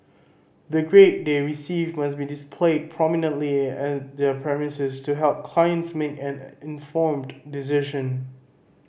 the grade they receive must be displayed prominently at their premises to help clients make an informed decision